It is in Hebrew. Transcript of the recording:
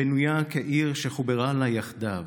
ירושלם הבנויה כעיר שחברה לה יחדו.